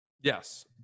Yes